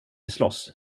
slåss